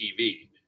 TV